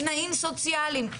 תנאים סוציאליים,